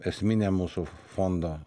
esminė mūsų fondo